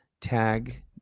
Tag